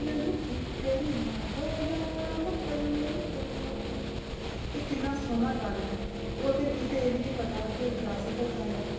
लोक भन्नन ठीकरियां बदाम भन्नें तूं एह् किन्ना सोह्ना गाना ऐ ओह् ते मिगी एह् बी निं पता कि क्लासिकल गाना ऐ